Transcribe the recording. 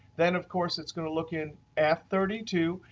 then of course, it's going to look in f three two.